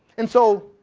and so,